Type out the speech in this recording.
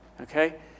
Okay